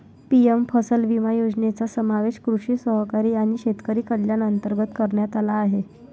PM फसल विमा योजनेचा समावेश कृषी सहकारी आणि शेतकरी कल्याण अंतर्गत करण्यात आला आहे